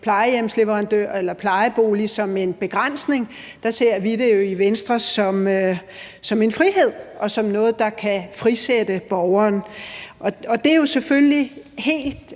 plejehjemsleverandør eller plejebolig, som en begrænsning, og hvor vi i Venstre ser det som en frihed og som noget, der kan frisætte borgerne. Det er jo selvfølgelig helt